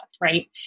right